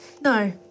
No